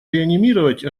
реанимировать